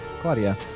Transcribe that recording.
Claudia